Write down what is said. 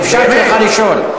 אפשר ככה לשאול.